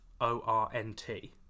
O-R-N-T